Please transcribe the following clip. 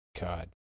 god